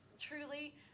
truly